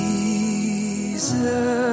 Jesus